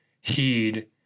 heed